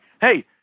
hey